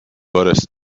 buddhist